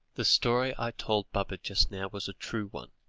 the story i told baba just now was a true one,